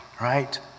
right